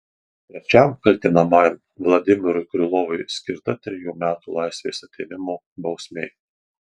trečiam kaltinamajam vladimirui krylovui skirta trejų metų laisvės atėmimo bausmė